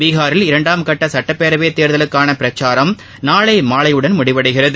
பீகாரில் இரண்டாம் கட்ட சுட்டப்பேரவை தேர்தலுக்கான பிரசாரம் நாளை மாலையுடன் முடிவடைகிறது